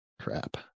crap